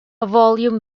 volume